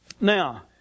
Now